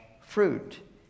fruit